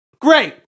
Great